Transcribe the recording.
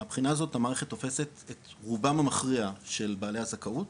מהבחינה הזאת המערכת תופסת את רובם המכריע של בעלי הזכאות,